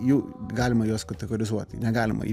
jų galima juos kategorizuoti negalima į